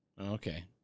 Okay